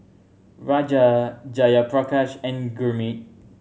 Raja Jayaprakash and Gurmeet